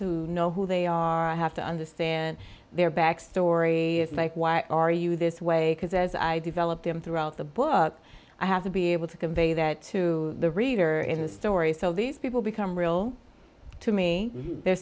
to know who they are i have to understand their backstory like why are you this way because as i develop them throughout the book i have to be able to convey that to the reader in the story so these people become real to me the